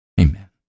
Amen